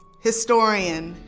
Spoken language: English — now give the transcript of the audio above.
historian,